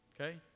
Okay